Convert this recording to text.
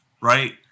Right